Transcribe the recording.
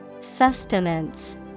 Sustenance